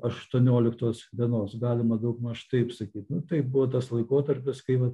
aštuonioliktos dienos galima daugmaž taip sakyt nu tai buvo tas laikotarpis kai vat